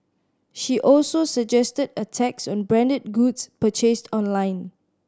she also suggested a tax on branded goods purchased online